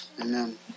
Amen